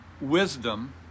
wisdom